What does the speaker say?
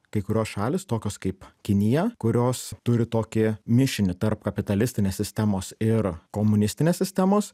kai kurios šalys tokios kaip kinija kurios turi tokį mišinį tarp kapitalistinės sistemos ir komunistinės sistemos